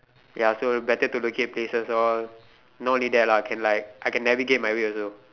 ya so better to locate places all not only that lah can like I can like navigate my way also